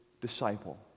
disciple